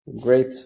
great